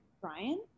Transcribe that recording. brian